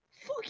Fuck